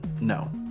no